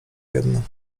jedno